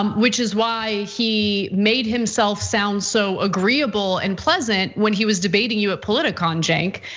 um which is why he made himself sound so agreeable and pleasant when he was debating you at politicon, cenk.